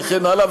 וכן הלאה.